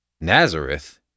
Nazareth